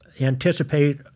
anticipate